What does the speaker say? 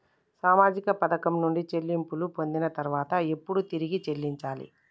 సామాజిక పథకం నుండి చెల్లింపులు పొందిన తర్వాత ఎప్పుడు తిరిగి చెల్లించాలి?